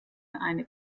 eine